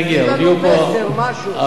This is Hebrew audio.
תגיד לנו מסר, משהו.